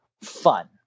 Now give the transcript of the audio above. fun